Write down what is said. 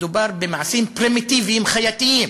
מדובר במעשים פרימיטיביים, חייתיים.